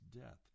death